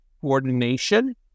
coordination